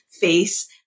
face